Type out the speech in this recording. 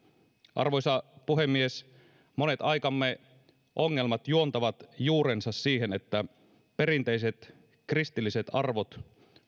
arvoisa puhemies monet aikamme ongelmat juontavat juurensa siihen että perinteiset kristilliset arvot